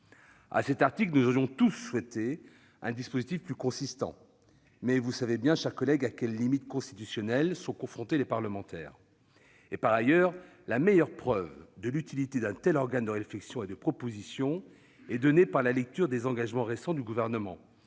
À cet article, nous aurions tous souhaité un dispositif plus consistant, mais vous savez bien, chers collègues, à quelles limites constitutionnelles sont confrontés les parlementaires. Par ailleurs, la meilleure preuve de l'utilité d'un tel organe de réflexion et de proposition est donnée par la lecture des engagements récents du Gouvernement